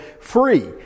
free